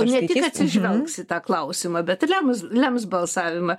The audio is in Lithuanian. ne tik atsižvelgs į tą klausimą bet ir lems lems balsavimą